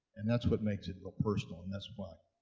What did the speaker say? and that's what makes it ah personal, and that's why